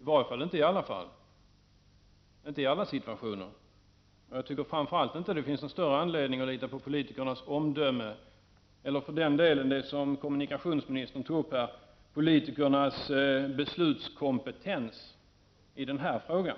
i varje fall inte i alla situationer. Jag tycker framför allt inte att det finns någon anledning att lita på politikernas omdöme eller för den delen det som kommunikationsministern tog upp, politikernas beslutskompetens, i den här frågan.